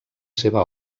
seva